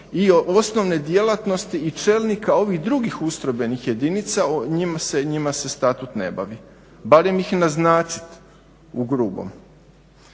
osnovne djelatnosti i čelnika ovih drugih ustrojbenih jedinica. Njima se statut ne bavi, barem ih naznačite u grubo.